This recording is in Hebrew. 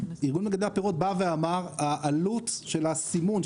ארגון מגדלי הפירות בא ואמר שהעלות של הסימון,